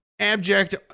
abject